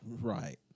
Right